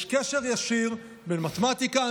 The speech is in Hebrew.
יש קשר ישיר בין מתמטיקה,